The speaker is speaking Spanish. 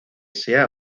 sea